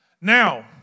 Now